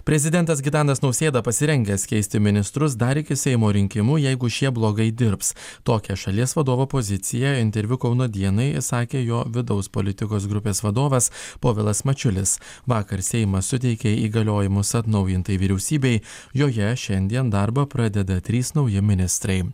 prezidentas gitanas nausėda pasirengęs keisti ministrus dar iki seimo rinkimų jeigu šie blogai dirbs tokią šalies vadovo poziciją interviu kauno dienai sakė jo vidaus politikos grupės vadovas povilas mačiulis vakar seimas suteikė įgaliojimus atnaujintai vyriausybei joje šiandien darbą pradeda trys nauji ministrai